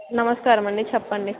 నమస్కారమండి చెప్పండి